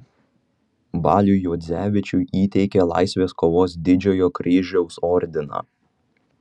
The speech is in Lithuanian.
baliui juodzevičiui įteikė laisvės kovos didžiojo kryžiaus ordiną